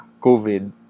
COVID